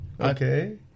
okay